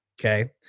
Okay